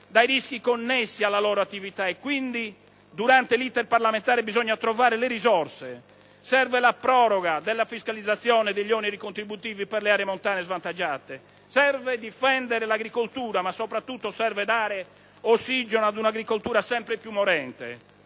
dai rischi connessi alla loro attività (e quindi, durante l'*iter* parlamentare, bisogna trovare le risorse). Serve la proroga della fiscalizzazione degli oneri contributivi per le aree montane e svantaggiate. Serve difendere l'agricoltura. Ma, soprattutto, serve dare ossigeno ad un'agricoltura sempre più morente.